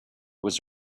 was